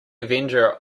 avenger